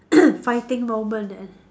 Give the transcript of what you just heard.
fighting moment eh